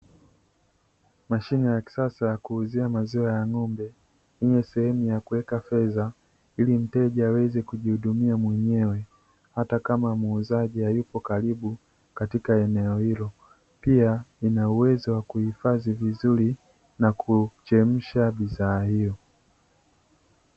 Mashine ya kisasa ya kuuzia maziwa ya ngómbe yenye sehemu ya kuweka fedha, ili mteja aweze kujihudumia mwenyewe atakama muuzaji ayupo kalibu katika eneo hilo pia linauwezo wa kuhifadhi vizuri na kuchemsha bidhaa hiyo.